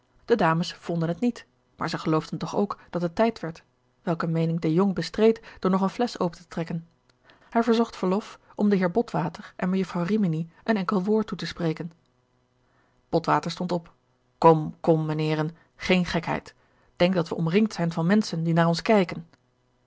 de dames vonden het niet maar zij geloofden toch ook dat het tijd werd welke meening de jong bestreed door nog een flesch open te trekken hij verzocht verlof om den heer botwater en mejufvrouw rimini een enkel woord toe te spreken botwater stond op kom kom meneeren geen gekheid denk dat we omringd zijn van menschen die naar ons kijken